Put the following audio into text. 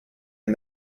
and